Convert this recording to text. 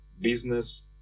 business